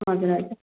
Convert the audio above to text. हजुर हजुर